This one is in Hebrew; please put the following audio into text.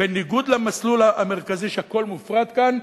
בניגוד למסלול המרכזי שהכול מופרט כאן,